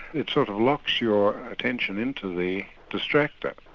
it sort of locks your attention into the distracter.